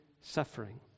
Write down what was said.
suffering